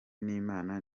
n’imana